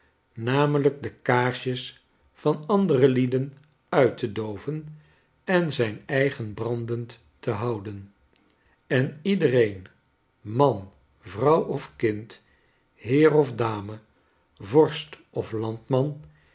namelijk de kaarsjes van andere lieden uit te dooven en zijn eigen brandend te houden en iedereen man vrouw of kind heer of dame vorst of landman